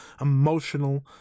emotional